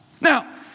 Now